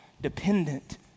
dependent